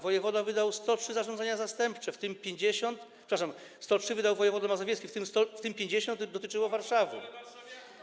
wojewoda wydał 103 zarządzenia zastępcze, w tym 50... przepraszam, 103 wydał wojewoda mazowiecki, w tym 50 dotyczyło Warszawy.